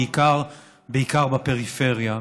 בעיקר בפריפריה.